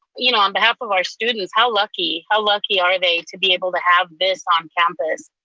you know on behalf of our students, how lucky, how lucky are they to be able to have this on campus?